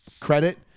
credit